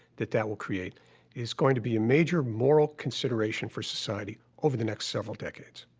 that that will create is going to be a major moral consideration for society over the next several decades.